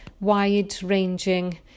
wide-ranging